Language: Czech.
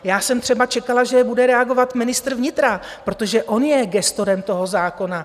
Já jsem třeba čekala, že bude reagovat ministr vnitra, protože on je gestorem toho zákona.